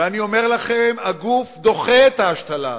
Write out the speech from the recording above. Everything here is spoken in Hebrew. ואני אומר לכם: הגוף דוחה את ההשתלה הזאת.